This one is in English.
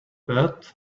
but